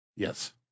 yes